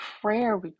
Prayer